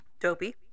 dopey